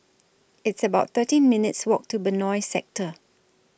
It's about thirteen minutes' Walk to Benoi Sector